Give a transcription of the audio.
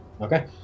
Okay